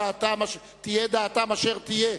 תהיה דעתם אשר תהיה,